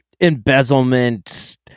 embezzlement